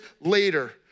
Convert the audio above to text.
later